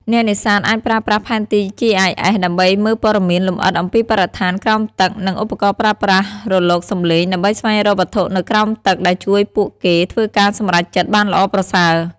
អ្នកនេសាទអាចប្រើប្រាស់ផែនទី GIS ដើម្បីមើលព័ត៌មានលម្អិតអំពីបរិស្ថានក្រោមទឹក និង ឧបករណ៍ប្រើប្រាស់រលកសំឡេងដើម្បីស្វែងរកវត្ថុនៅក្រោមទឹក ដែលជួយពួកគេធ្វើការសម្រេចចិត្តបានល្អប្រសើរ។